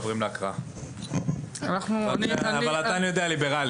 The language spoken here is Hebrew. עוברים להקראה אבל אני יודע שאתה ליברלי.